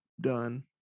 done